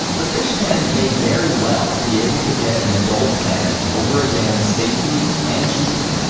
the fish cannon may very well be able to get an adult salmon over a dam safely, and cheaply,